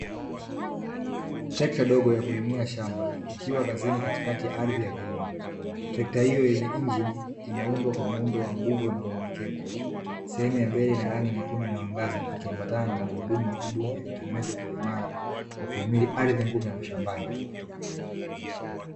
Trekta dogo ya kulimia shamba ikiwa kazini katikati ya ardhi ya kilimo, trekta hiyo yenye injini imeundwa kwa muundo wa nguvu na unyenyekevu, sehemu ya mbele ina rangi nyekundu inayoangaza ikiambatana na magurudumu makubwa yaliyotengenezwa kwa uimara wa kuhimili ardhi ngumu ya mashambani.